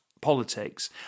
politics